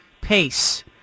pace